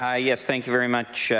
ah yeah thank you very much,